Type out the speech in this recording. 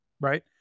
right